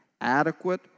adequate